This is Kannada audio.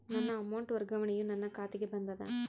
ನನ್ನ ಅಮೌಂಟ್ ವರ್ಗಾವಣೆಯು ನನ್ನ ಖಾತೆಗೆ ಬಂದದ